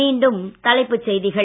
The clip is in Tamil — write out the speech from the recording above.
மீண்டும் தலைப்புச் செய்திகள்